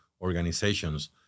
organizations